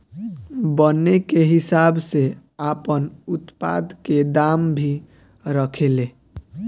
बने के हिसाब से आपन उत्पाद के दाम भी रखे ले